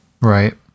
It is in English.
Right